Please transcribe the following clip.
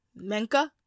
Menka